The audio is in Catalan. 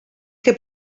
que